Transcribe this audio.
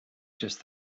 just